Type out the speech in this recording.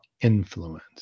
influence